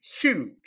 Huge